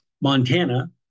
Montana